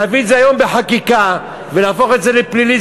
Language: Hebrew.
להביא את זה היום בחקיקה ולהפוך את זה לפלילי,